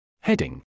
Heading